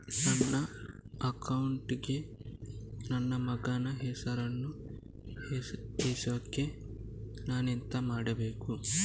ನನ್ನ ಅಕೌಂಟ್ ಗೆ ನನ್ನ ಮಗನ ಹೆಸರನ್ನು ಸೇರಿಸ್ಲಿಕ್ಕೆ ನಾನೆಂತ ಮಾಡಬೇಕು?